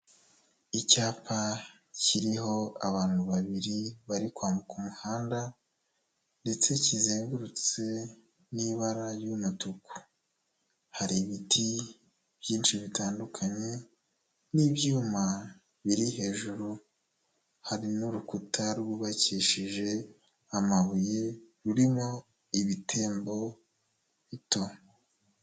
Icyapa kiriho abantu babiri bari kwambuka umuhanda ndetse kizengurutse n'ibara ry'umutuku. Hari ibiti byinshi bitandukanye n'ibyuma biri hejuru, hari n'urukuta rwubakishije amabuye rurimo ibitembo bito.